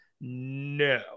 No